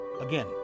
Again